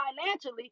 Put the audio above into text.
financially